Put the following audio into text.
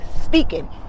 speaking